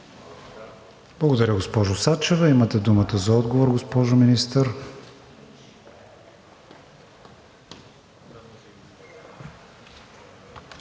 Благодаря, госпожо Сачева. Имате думата за отговор, госпожо Министър.